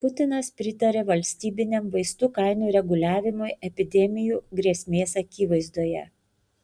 putinas pritarė valstybiniam vaistų kainų reguliavimui epidemijų grėsmės akivaizdoje